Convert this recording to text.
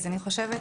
אני חושבת,